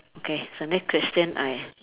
okay the next question I